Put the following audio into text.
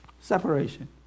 separation